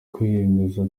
kwemeza